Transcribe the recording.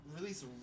release